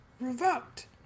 revoked